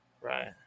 Right